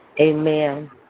Amen